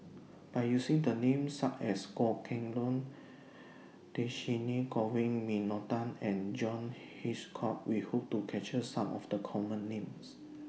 By using The Names such as Goh Kheng Long Dhershini Govin Winodan and John Hitchcock We Hope to capture Some of The Common Names